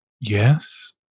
Yes